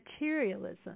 materialism